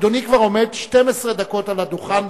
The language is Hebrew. אדוני כבר עומד 12 דקות על הדוכן,